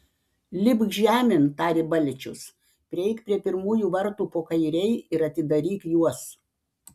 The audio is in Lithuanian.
lipk žemėn tarė balčius prieik prie pirmųjų vartų po kairei ir atidaryk juos